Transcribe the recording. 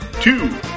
two